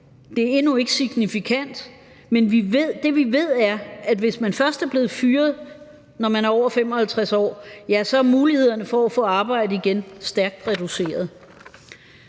Det er endnu ikke signifikant, men det, vi ved, er, at hvis man først er blevet fyret, når man er over 55 år, er mulighederne for at få arbejde igen stærkt reduceret.